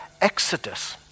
Exodus